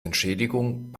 entschädigung